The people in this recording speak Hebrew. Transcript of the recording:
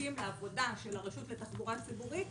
מחכים לעבודה של הרשות לתחבורה ציבורית,